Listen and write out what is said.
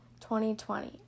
2020